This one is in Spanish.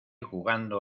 jugando